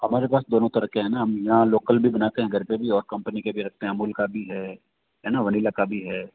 हमारे पास दोनों तरह के है ना हम यहाँ लोकल भी बनाते हैं घर पर भी और कंपनी का भी रखते हैं अमूल का भी है है ना वनिला का भी है